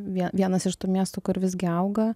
vie vienas iš tų miestų kur visgi auga